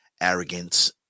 Arrogance